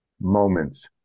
moments